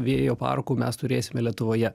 vėjo parkų mes turėsime lietuvoje